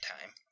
time